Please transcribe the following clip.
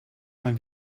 mal